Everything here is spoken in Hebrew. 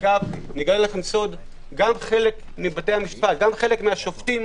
אגב, גם חלק מהשופטים